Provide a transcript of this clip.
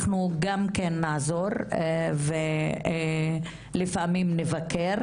אנחנו גם כן נעזור ולפעמים נבקר